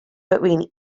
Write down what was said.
between